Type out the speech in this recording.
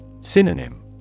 Synonym